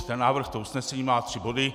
Ten návrh, to usnesení má tři body.